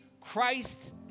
Christ